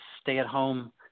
stay-at-home